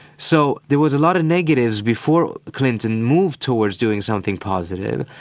so there was a lot of negatives before clinton moved towards doing something positive.